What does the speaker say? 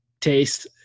taste